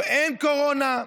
אין קורונה?